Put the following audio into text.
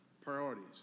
Priorities